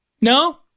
No